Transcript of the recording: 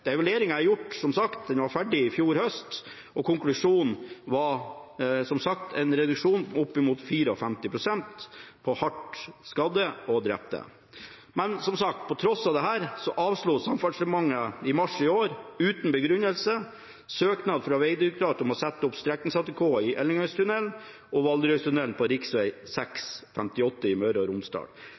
Evalueringen er gjort, den var ferdig i fjor høst. Konklusjonen var, som sagt, en reduksjon på oppimot 54 pst. av hardt skadde og drepte. Til tross for dette avslo Samferdselsdepartementet i mars i år – uten begrunnelse – søknad fra Vegdirektoratet om å sette opp streknings-ATK i Ellingsøytunnelen og Valderøytunnelen på rv. 658 i Møre og Romsdal.